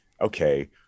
Okay